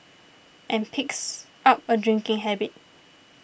and picks up a drinking habit